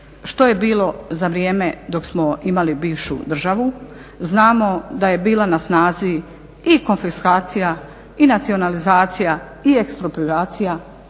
što je bilo za vrijeme dok smo imali bivšu državu. Znamo da je bila na snazi konfiskacija i nacionalizacija i eksproprijacija